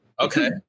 Okay